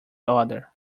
other